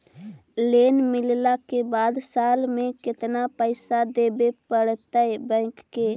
Loan मिलला के बाद साल में केतना पैसा देबे पड़तै बैक के?